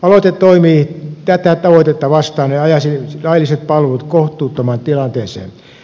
aloite toimii tätä tavoitetta vastaan ja ajaisi lailliset palvelut kohtuuttomaan tilanteeseen